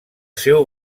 seu